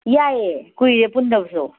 ꯌꯥꯏꯑꯦ ꯀꯨꯏꯔꯦ ꯄꯨꯟꯗꯕꯁꯨ